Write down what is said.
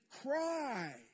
cry